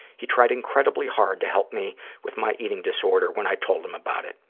he tried incredibly hard to help me with my eating disorder when i told him about it,